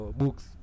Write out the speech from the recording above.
books